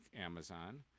Amazon